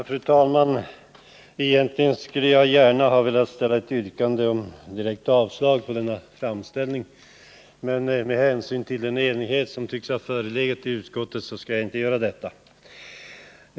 Fru talman! Egentligen skulle jag gärna ha velat ställa ett yrkande om avslag på utskottets hemställan, men med hänsyn till den enighet som tycks ha förelegat i utskottet skall jag inte göra det.